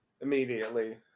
immediately